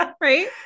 Right